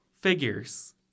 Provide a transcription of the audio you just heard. Figures